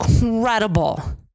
incredible